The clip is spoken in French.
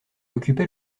occupait